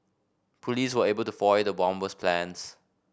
police were able to foil the bomber's plans